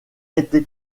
été